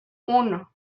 uno